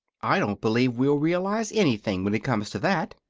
i don't believe we'll realize anything, when it comes to that,